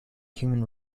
human